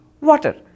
water